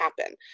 happen